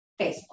Facebook